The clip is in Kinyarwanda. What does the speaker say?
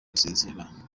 gusezerera